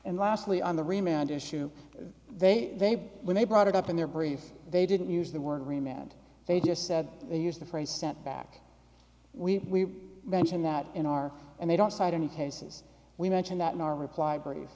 issue they when they brought it up in their briefs they didn't use the word remand they just said they used the phrase sent back we mentioned that in our and they don't cite any cases we mention that in our reply brief